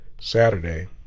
Saturday